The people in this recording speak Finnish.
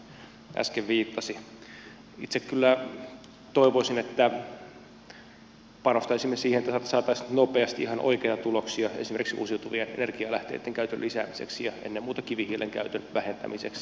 itse kyllä toivoisin että panostaisimme siihen että saataisiin nopeasti ihan oikeita tuloksia esimerkiksi uusiutuvien energialähteitten käytön lisäämiseksi ja ennen muuta kivihiilen käytön vähentämiseksi